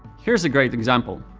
here's a great example.